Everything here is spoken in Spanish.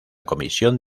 comisión